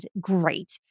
great